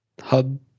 Hub